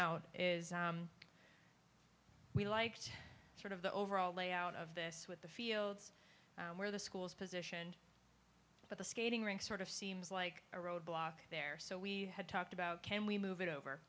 out is we liked sort of the overall layout of this with the fields where the school's position but the skating rink sort of seems like a road block there so we had talked about can we move it over